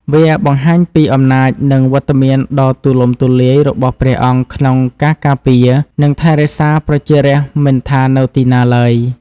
វាបង្ហាញពីអំណាច និងវត្តមានដ៏ទូលំទូលាយរបស់ព្រះអង្គក្នុងការការពារ និងថែរក្សាប្រជារាស្ត្រមិនថានៅទីណាឡើយ។